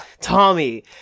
Tommy